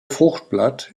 fruchtblatt